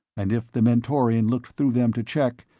and if the mentorian looked through them to check,